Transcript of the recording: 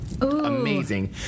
amazing